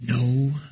no